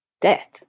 death